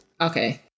Okay